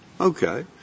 Okay